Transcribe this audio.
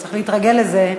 צריך להתרגל לזה,